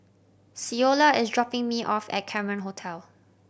Ceola is dropping me off at Cameron Hotel